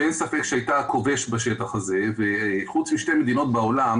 שאין ספק שהייתה הכובש בשטח הזה וחוץ משתי מדינות בעולם